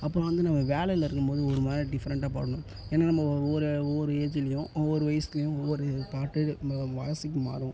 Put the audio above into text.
அப்புறோம் வந்து நம்ம வேலையில் இருக்கும் போது ஒரு மாதிரி டிஃப்ரெண்ட்டாக பாடணும் ஏன்னா நம்ம ஒவ்வொரு ஒவ்வொரு ஏஜலேயும் ஒவ்வொரு வயிசுலேயும் ஒவ்வொரு பாட்டு ம வாய்ஸ்க்கு மாறும்